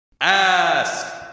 Ask